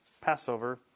Passover